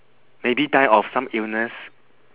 maybe die of some illness